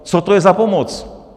Co to je za pomoc?